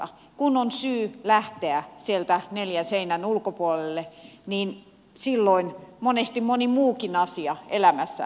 kun on syy lähteä neljän seinän sisältä ulkopuolelle silloin monesti moni muukin asia elämässä sujuu paremmin